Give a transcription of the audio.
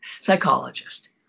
psychologist